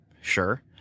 sure